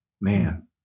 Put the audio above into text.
Man